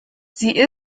sie